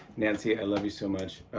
nancy, i love you so much.